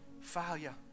failure